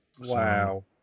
Wow